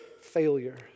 failure